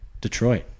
Detroit